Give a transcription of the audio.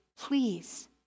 please